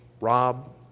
rob